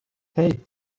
hey